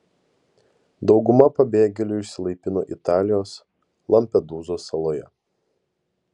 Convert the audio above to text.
dauguma pabėgėlių išsilaipino italijos lampedūzos saloje